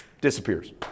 Disappears